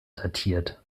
datiert